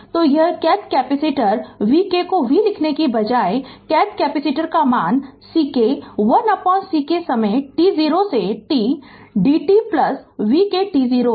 तो यह kth capacitor vk को v लिखने के बजाय और kth कैपेसिटर का मान Ck 1Ck समय t0 से t dtvk t0 है